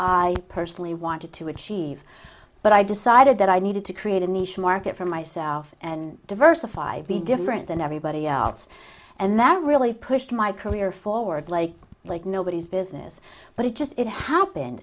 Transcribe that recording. i personally wanted to achieve but i decided that i needed to create a niche market for myself and diversify be different than everybody else and that really pushed my career forward like like nobody's business but it just it